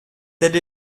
telle